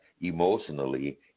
emotionally